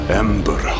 ember